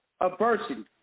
adversity